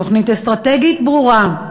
תוכנית אסטרטגית ברורה,